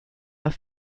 are